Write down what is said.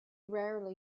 rarely